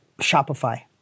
Shopify